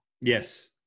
Yes